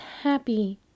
happy